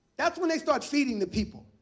that's when they start feeding the people.